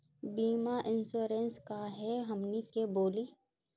बीमा इंश्योरेंस का है हमनी के बोली?